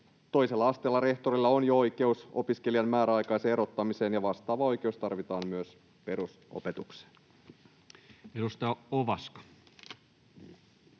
Toisella asteella rehtorilla on jo oikeus opiskelijan määräaikaiseen erottamiseen, ja vastaava oikeus tarvitaan myös perusopetukseen. [Speech 39]